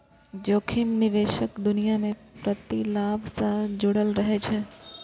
जोखिम निवेशक दुनिया मे प्रतिलाभ सं जुड़ल रहै छै